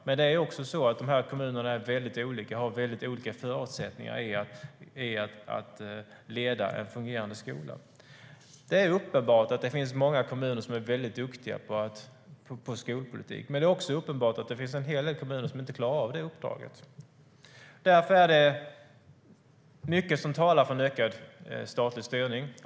Men kommunerna är också väldigt olika och har olika förutsättningar för att leda en fungerande skola. Det är uppenbart att det finns många kommuner som är duktiga på skolpolitik. Men det är också uppenbart att det finns en hel del kommuner som inte klarar av detta uppdrag. Därför är det mycket som talar för en ökad statlig styrning.